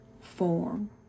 form